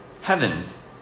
Heavens